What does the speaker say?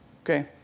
okay